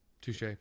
Touche